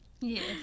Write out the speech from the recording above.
Yes